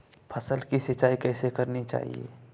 फसल की सिंचाई कैसे करनी चाहिए?